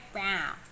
Brown